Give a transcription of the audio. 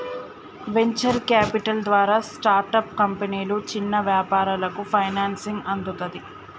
venture capital ద్వారా startup కంపెనీలు, చిన్న వ్యాపారాలకు ఫైనాన్సింగ్ అందుతది